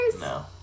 No